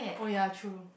oh ya true